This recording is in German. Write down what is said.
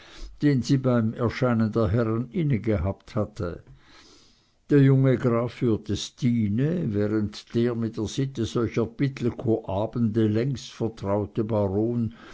den sie beim erscheinen der herren innegehabt hatte der junge graf führte stine während der mit der sitte solcher pittelkow abende längst vertraute baron